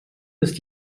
ist